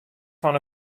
fan